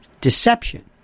Deception